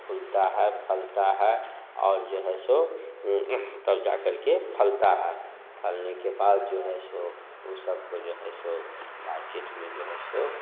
फूलता है फलता है और जो है सो तब जा कर के फलता है फलने के बाद जो है सो वह सब को जो है सो मार्केट में जो है सो